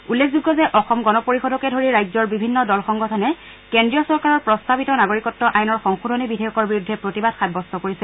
উল্লেখযোগ্য যে অসম গণ পৰিয়দকে ধৰি ৰাজ্যৰ বিভিন্ন দল সংগঠনে কেজ্ৰীয় চৰকাৰৰ প্ৰস্তাৱিত নাগৰিকত্ব আইনৰ সংশোধনী বিধেয়কৰ বিৰুদ্ধে প্ৰতিবাদ সাব্যস্ত কৰিছে